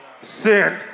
sin